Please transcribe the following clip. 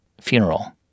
funeral